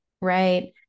right